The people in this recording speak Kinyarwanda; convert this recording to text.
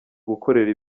gukorera